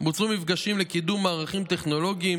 בוצעו מפגשים לקידום מערכים טכנולוגיים